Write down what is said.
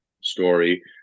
story